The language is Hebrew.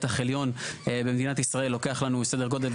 מתח עליון במדינת ישראל לוקח לנו סדר גודל,